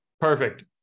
perfect